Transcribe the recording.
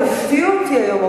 הפתיעו אותי היום.